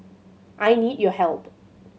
I need your help